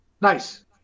nice